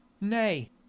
Nay